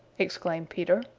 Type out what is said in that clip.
exclaimed peter.